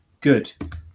Good